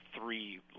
three